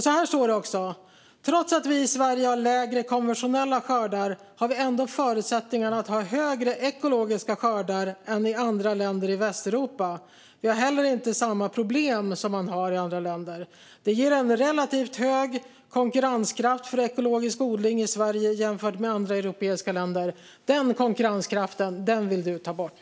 Så här står det också: "Trots att vi i Sverige har lägre konventionella skördar har vi ändå förutsättningar att ha högre ekologiska skördar än andra länder i Västeuropa. Vi har heller inte samma problem . länder. Detta ger en hög relativ konkurrenskraft för ekologisk odling i Sverige jämfört med andra europeiska länder." Den konkurrenskraften vill du ta bort.